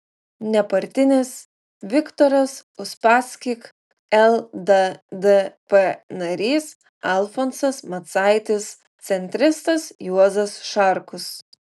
nepartinis viktoras uspaskich lddp narys alfonsas macaitis centristas juozas šarkus